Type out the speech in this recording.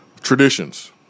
traditions